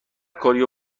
کاریو